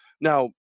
Now